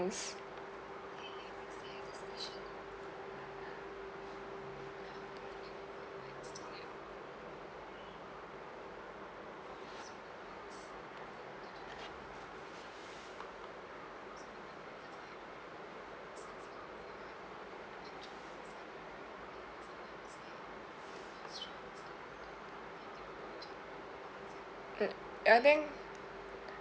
uh and I think